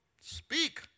Speak